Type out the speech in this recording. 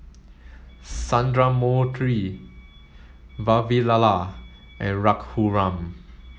Sundramoorthy Vavilala and Raghuram